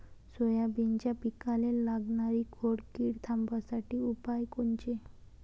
सोयाबीनच्या पिकाले लागनारी खोड किड थांबवासाठी उपाय कोनचे?